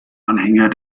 anhänger